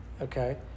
Okay